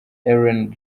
ellen